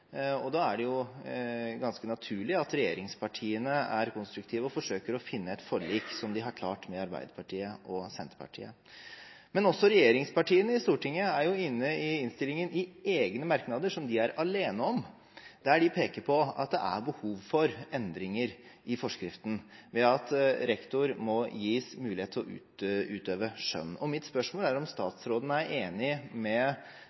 og da er det ganske naturlig at regjeringspartiene er konstruktive og forsøker å finne et forlik, slik de har klart med Arbeiderpartiet og Senterpartiet. Men også regjeringspartiene i Stortinget er inne i innstillingen med egne merknader som de er alene om, der de peker på at det er behov for endringer i forskriften, ved at rektor må gis mulighet til å utøve skjønn. Mitt spørsmål er om statsråden er enig med